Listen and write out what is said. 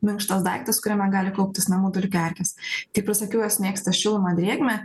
minkštas daiktas kuriame gali kauptis namų dulikių erkės kaip ir sakiau jos mėgsta šilumą drėgmę